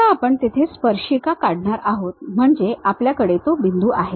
आता आपण तेथे स्पर्शिका काढणार आहोत म्हणजे आपल्याकडे तो बिंदू आहे